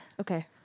Okay